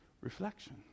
reflection